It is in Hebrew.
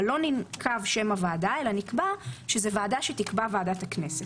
אבל לא ננקב שם הוועדה אלא נקבע שזו ועדה שתקבע ועדת הכנסת.